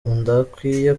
udakwiye